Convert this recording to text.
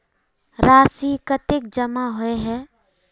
राशि कतेक जमा होय है?